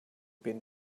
been